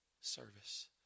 service